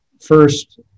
first